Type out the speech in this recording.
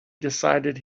decided